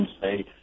say